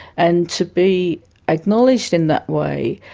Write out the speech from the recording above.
and to be acknowledged in that way,